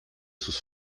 sus